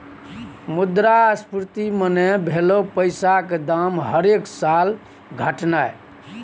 मुद्रास्फीति मने भलौ पैसाक दाम हरेक साल घटनाय